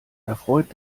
erfreut